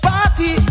Party